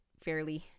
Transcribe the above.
fairly